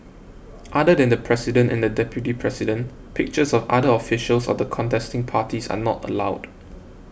other than the president and the deputy president pictures of other officials of the contesting parties are not allowed